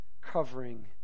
Covering